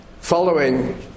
Following